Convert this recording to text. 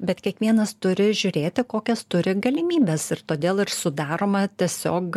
bet kiekvienas turi žiūrėti kokias turi galimybes ir todėl ir sudaroma tiesiog